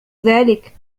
ذلك